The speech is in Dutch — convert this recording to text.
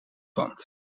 pand